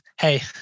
Hey